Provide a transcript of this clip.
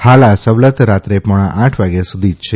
હાલ આ સવલત રાત્રે પોણા આઠ વાગ્યા સુધી જ છે